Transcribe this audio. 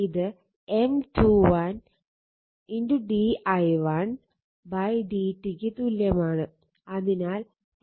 ഇത് M 21 d i1 dt ക്ക് തുല്ല്യമാണ്